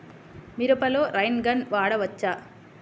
మిరపలో rain gun వాడవచ్చా?